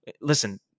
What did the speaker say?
Listen